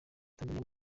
tanzaniya